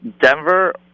Denver